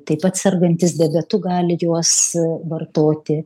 taip pat sergantys diabetu gali juos vartoti